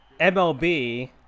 MLB